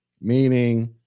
Meaning